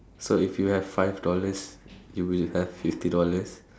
so if you have five dollars you will have fifty dollars